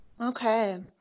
Okay